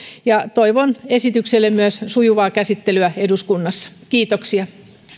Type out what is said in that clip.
ja toivon esitykselle sujuvaa käsittelyä myös eduskunnassa kiitoksia